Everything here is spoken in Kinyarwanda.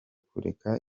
kureka